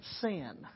sin